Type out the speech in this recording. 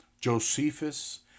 Josephus